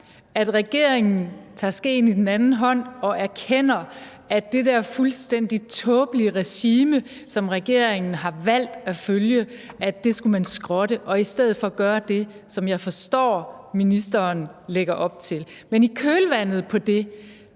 at regeringen tager skeen i den anden hånd og erkender, at det der fuldstændig tåbelige regime, som regeringen har valgt at følge, skulle man skrotte og i stedet gøre det, som jeg forstår at ministeren lægger op til. Men i kølvandet på det